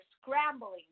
scrambling